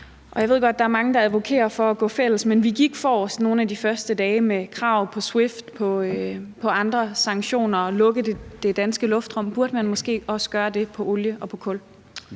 Jeg ved godt, at der er mange, der advokerer for at gå fælles om det, men vi gik forrest nogle af de første dage med krav med hensyn til SWIFT og andre sanktioner, bl.a. at lukke det danske luftrum. Burde man måske også gøre det i forbindelse